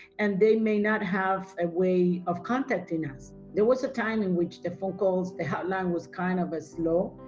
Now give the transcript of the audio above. and they may not have a way of contacting us. there was a time in which the phone calls, the hotline was kind of a slow,